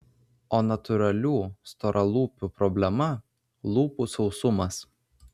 o natūralių storalūpių problema lūpų sausumas